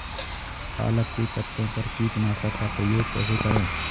पालक के पत्तों पर कीटनाशक का प्रयोग कैसे करें?